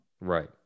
Right